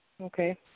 Okay